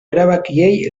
erabakiei